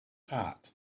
heart